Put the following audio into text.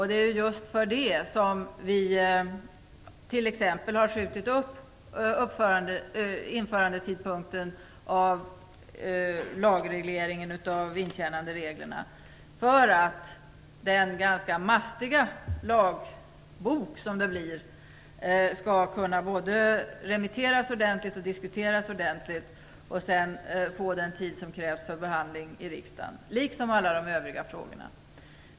Det är just därför som vi bl.a. har skjutit upp tidpunkten för införande av lagregleringen beträffande intjänandereglerna. Det blir en ganska mastig lagbok, som måste både remitteras och diskuteras ordentligt. Riksdagen måste också få tillräcklig tid för att behandla den, liksom alla de övriga frågorna.